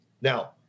Now